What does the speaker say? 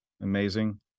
amazing